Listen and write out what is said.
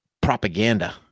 propaganda